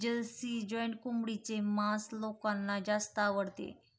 Jersey giant कोंबडीचे मांस लोकांना जास्त आवडते